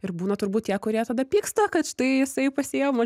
ir būna turbūt tie kurie tada pyksta kad štai jisai pasiima